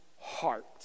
heart